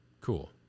cool